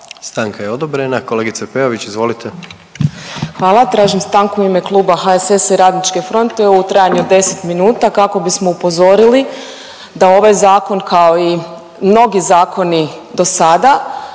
Stanka je odobrena. Kolegice Peović izvolite. **Peović, Katarina (RF)** Hvala. Tražim stanku u ime Kluba HSS-a i RF-a u trajanju od 10 minuta kako bismo upozorili da ovaj zakon, kao i mnogi zakoni dosada